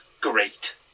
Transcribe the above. great